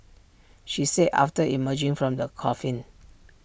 she said after emerging from the coffin